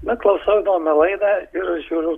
na klausau įdomią laidą ir žiūriu